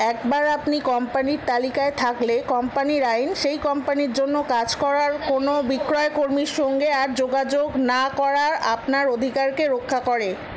একবার আপনি কোম্পানির তালিকায় থাকলে কোম্পানির আইন সেই কোম্পানির জন্য কাজ করার কোনো বিক্রয়কর্মীর সঙ্গে আর যোগাযোগ না করার আপনার অধিকারকে রক্ষা করে